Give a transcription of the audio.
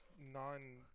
non